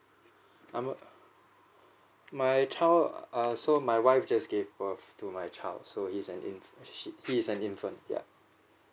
I'm a~ my child err so my wife just gave birth to my child so is an in~ she's an infant yeah